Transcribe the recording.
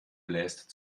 bläst